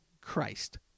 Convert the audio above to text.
Christ